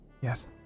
Yes